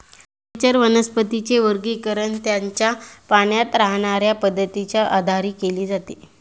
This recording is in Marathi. जलचर वनस्पतींचे वर्गीकरण त्यांच्या पाण्यात राहण्याच्या पद्धतीच्या आधारे केले जाते